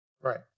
Right